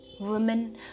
Women